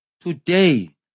Today